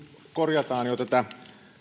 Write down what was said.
korjataan jo tätä